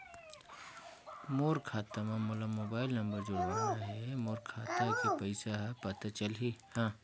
मोर खाता मां मोला मोबाइल नंबर जोड़वाना हे मोर खाता के पइसा ह पता चलाही?